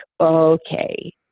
okay